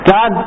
God